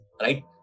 right